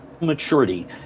maturity